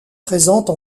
présente